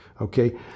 Okay